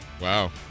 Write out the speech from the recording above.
Wow